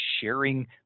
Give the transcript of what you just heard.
sharing